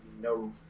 no